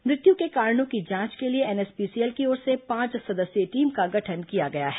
मृत्यु के कारणों की जांच के लिए एनएसपीसीएल की ओर से पांच सदस्यीय टीम का गठन किया गया है